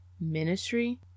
ministry